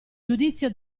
giudizio